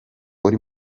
uri